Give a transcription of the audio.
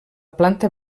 planta